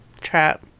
trap